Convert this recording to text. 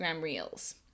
Reels